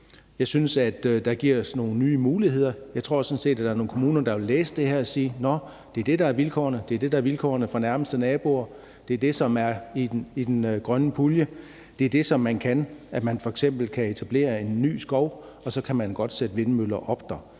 Jeg synes, at der gives nogle nye muligheder. Jeg tror sådan set, at der er nogle kommuner, der vil læse det her og sige: Nå, det er det, der er vilkårene; det er det, der er vilkårene for de nærmeste naboer; det er det, som er i den grønne pulje; det er det, som man kan. F.eks. kan man etablere en ny skov, og så kan man godt sætte vindmøller op der.